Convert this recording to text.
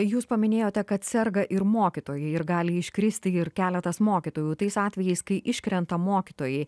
jūs paminėjote kad serga ir mokytojai ir gali iškristi ir keletas mokytojų tais atvejais kai iškrenta mokytojai